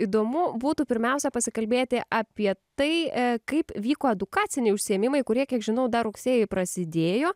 įdomu būtų pirmiausia pasikalbėti apie tai kaip vyko edukaciniai užsiėmimai kurie kiek žinau dar rugsėjį prasidėjo